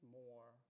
more